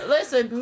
Listen